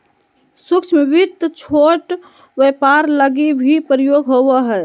सूक्ष्म वित्त छोट व्यापार लगी भी प्रयोग होवो हय